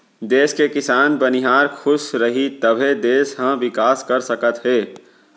देस के किसान, बनिहार खुस रहीं तभे देस ह बिकास कर सकत हे